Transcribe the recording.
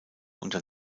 unter